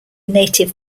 native